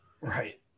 Right